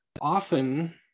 often